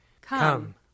Come